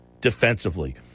defensively